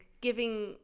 giving